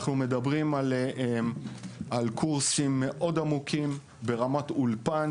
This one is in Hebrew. אנחנו מדברים על קורסים מאוד עמוקים, ברמת אולפן.